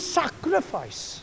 sacrifice